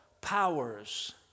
powers